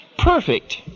perfect